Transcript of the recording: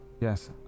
Yes